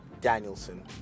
Danielson